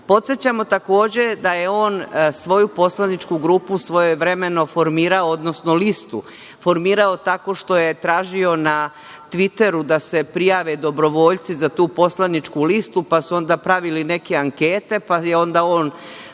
potpisa. Podsećamo takođe da je on svoju poslaničku grupu svojevremeno formirao, odnosno listu formirao tako što je tražio na Tviteru da se jave dobrovoljci za tu poslaničku listu, pa su onda pravili neke ankete, pa je onda on,